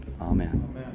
Amen